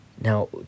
Now